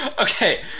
Okay